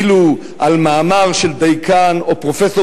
אילו על מאמר של דיקן או פרופסור